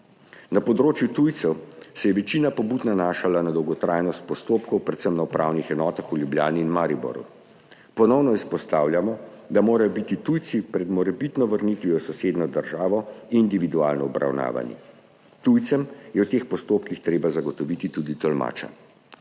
Na področju tujcev se je večina pobud nanašala na dolgotrajnost postopkov, predvsem na upravnih enotah v Ljubljani in Mariboru. Ponovno izpostavljamo, da morajo biti tujci pred morebitno vrnitvijo v sosednjo državo individualno obravnavani. Tujcem je v teh postopkih treba zagotoviti tudi tolmače.